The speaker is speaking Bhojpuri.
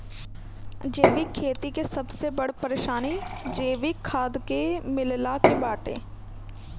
जैविक खेती के सबसे बड़ परेशानी जैविक खाद के मिलला के बाटे